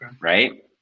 right